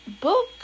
book